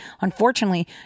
unfortunately